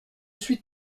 suis